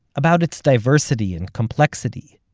about its diversity and complexity.